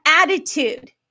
attitude